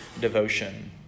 Devotion